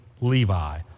Levi